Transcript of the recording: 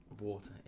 water